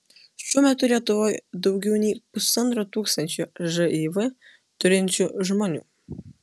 šiuo metu lietuvoje daugiau nei pusantro tūkstančio živ turinčių žmonių